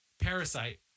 parasite